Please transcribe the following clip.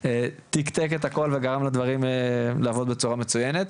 תיקתק את הכול וגרם לדברים לעבוד בצורה מצוינת,